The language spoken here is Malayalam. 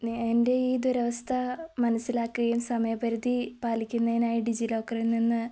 എൻ്റെ ഈ ദുരവസ്ഥ മനസ്സിലാക്കുകയും സമയപരിധി പാലിക്കുന്നതിനായി ഡിജിലോക്കറിൽ നിന്ന്